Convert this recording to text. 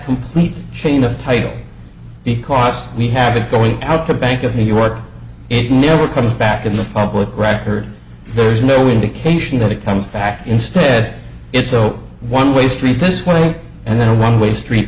complete chain of title because we have it going out to bank of new york it never comes back in the public record there's no indication that it comes back instead it's oh one way street this way and then a one way street